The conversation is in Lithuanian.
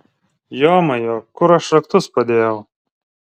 jomajo kur aš raktus padėjau